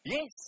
Yes